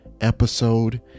episode